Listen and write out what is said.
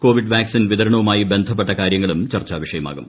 Covid vaccine വിതരണവുമായി ബന്ധപ്പെട്ട കാര്യങ്ങളും ചർച്ചാ വിഷയമാകും